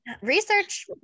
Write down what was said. research